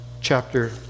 chapter